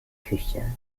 küche